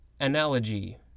analogy